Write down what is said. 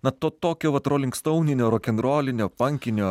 na to tokio vat rolinkstouninio rokenrolinio pankinio